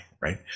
right